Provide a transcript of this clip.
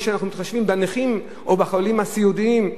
שאנחנו מתחשבים בנכים או בחולים הסיעודיים,